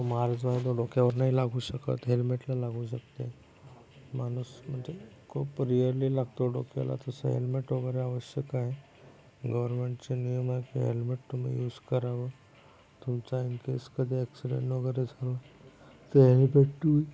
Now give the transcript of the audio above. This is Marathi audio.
तो मार जो आहे तो डोक्यावर नाही लागू शकत हेल्मेटला लागू शकते माणूस म्हणजे खूप रेअरली लागतो डोक्याला तसं हेल्मेट वगैरे आवश्यक आहे गव्हर्नमेंटचा नियम आहे की हेल्मेट तुम्ही युज करावं तुमचा इन केस कधी ॲक्सिडेंट वगैरे झाला तर हेल्मेट तुम्ही